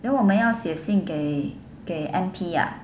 then 我们要写信给给 M_P ah